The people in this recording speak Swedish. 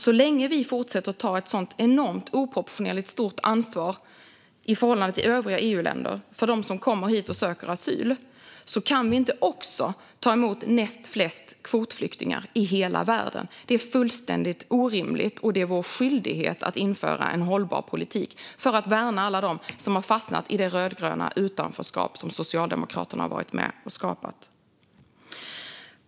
Så länge som vi fortsätter att ta ett så enormt, oproportionerligt stort ansvar i förhållande till övriga EU-länder för dem som kommer hit och söker asyl kan vi inte också ta emot näst flest kvotflyktingar i hela världen. Det är fullständigt orimligt. Och det är vår skyldighet att införa en hållbar politik för att värna alla dem som har fastnat i det rödgröna utanförskap som Socialdemokraterna har varit med och skapat.